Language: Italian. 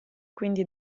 quindi